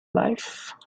life